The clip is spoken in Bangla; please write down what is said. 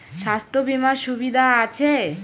স্বাস্থ্য বিমার সুবিধা আছে?